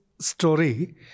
story